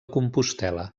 compostel·la